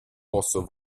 posso